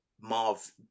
Marv